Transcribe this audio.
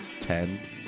ten